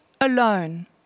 Alone